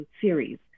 series